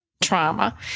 trauma